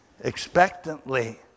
expectantly